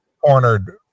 Cornered